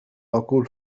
أقول